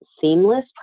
seamless